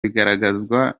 bigaragazwa